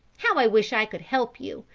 how i wish i could help you,